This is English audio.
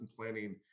planning